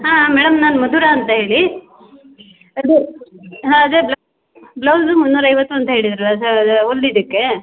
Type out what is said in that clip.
ಹಾಂ ಮೇಡಮ್ ನಾನು ಮಧುರಾ ಅಂತ ಹೇಳಿ ಅದೇ ಹಾಂ ಅದೇ ಬ್ಲೌಸು ಮುನ್ನೂರ ಐವತ್ತು ಅಂತ ಹೇಳಿದ್ದಿರಲ್ಲ ಹೊಲ್ದಿದಕ್ಕೆ